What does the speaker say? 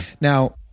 Now